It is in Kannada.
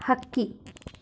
ಹಕ್ಕಿ